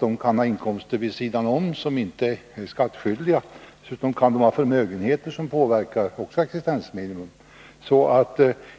De kan nämligen ha inkomster vid sidan om som inte är skattskyldiga. Dessutom kan de ha förmögenheter som också påverkar existensminimum.